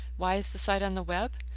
why is the site on the web?